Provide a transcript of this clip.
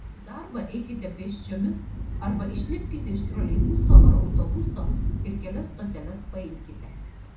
į darbą eikite pėsčiomis arba išlipkite iš troleibuso ar autobuso ir kelias stoteles paeikite